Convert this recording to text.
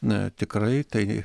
na tikrai tai